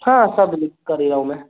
हाँ सब लिख कर ही रहा हूँ मैं